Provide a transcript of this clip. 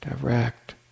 direct